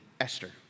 Esther